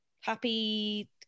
happy